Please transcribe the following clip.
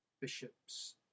Bishop's